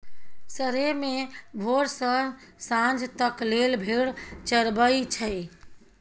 सरेह मे भोर सँ सांझ तक लेल भेड़ चरबई छै